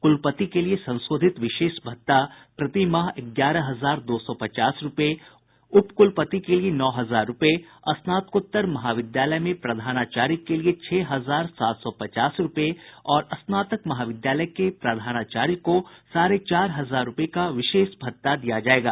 कुलपति के लिए संशोधित विशेष भत्ता प्रतिमाह ग्यारह हजार दो सौ पचास रुपए उपकुलपति के लिए नौ हजार रुपए स्नात्कोतर महाविद्यालय में प्राधानाचार्य के लिए छह हजार सात सौ पचास रुपए और स्नातक महाविद्यालय के प्रधानाचार्य को साढ़े चार हजार रुपए का विशेष भत्ता दिया जाएगा